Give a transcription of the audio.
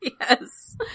Yes